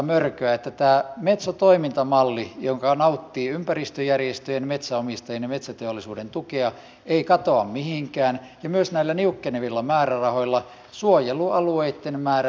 tämä metso toimintamalli joka nauttii ympäristöjärjestöjen metsänomistajien ja metsäteollisuuden tukea ei katoa mihinkään ja myös näillä niukkenevilla määrärahoilla suojelualueitten määrä lisääntyy ensi vuonna